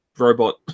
robot